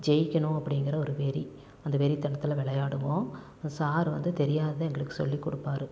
ஜெயிக்கணும் அப்படிங்கிற ஒரு வெறி அந்த வெறித்தனத்தில் விளையாடுவோம் சார் வந்து தெரியாதது எங்களுக்கு சொல்லி கொடுப்பாரு